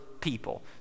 people